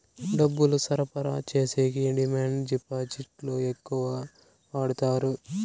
డబ్బులు సరఫరా చేసేకి డిమాండ్ డిపాజిట్లు ఎక్కువ వాడుతారు